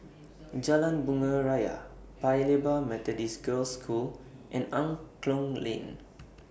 Jalan Bunga Raya Paya Lebar Methodist Girls' School and Angklong Lane